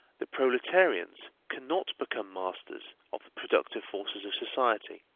the proletarians cannot become masters of the productive forces of society,